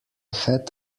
had